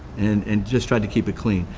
and and just tried to keep it clean.